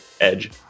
edge